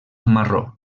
marró